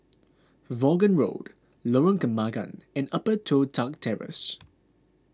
Vaughan Road Lorong Kembagan and Upper Toh Tuck Terrace